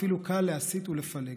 אפילו קל להסית ולפלג,